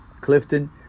Clifton